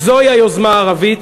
זוהי היוזמה הערבית,